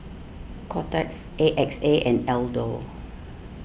Kotex A X A and Aldo